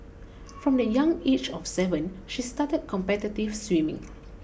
from the young age of seven she started competitive swimming